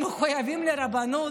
הם מחויבים לרבנות.